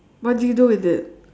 what do you do with it